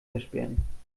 versperren